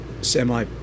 semi